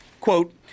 Quote